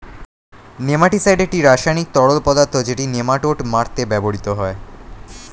nematicide একটি রাসায়নিক তরল পদার্থ যেটি নেমাটোড মারতে ব্যবহৃত হয়